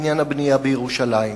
בעניין הבנייה בירושלים.